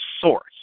source